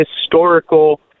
historical